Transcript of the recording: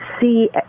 see